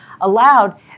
allowed